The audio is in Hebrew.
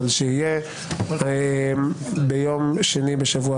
אבל שיהיה ביום שני בשבוע